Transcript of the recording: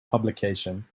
publication